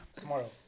tomorrow